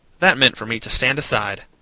that meant for me to stand aside.